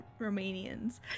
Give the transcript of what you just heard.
Romanians